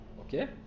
Okay